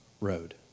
road